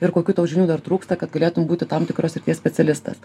ir kokių tau žinių dar trūksta kad galėtum būti tam tikros srities specialistas